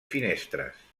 finestres